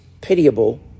pitiable